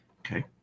Okay